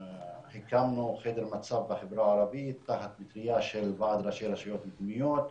הקמנו חדר מצב בחברה הערבית תחת המטרייה של ועד ראשי הרשויות המקומיות.